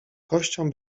kością